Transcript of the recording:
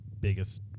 biggest